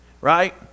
right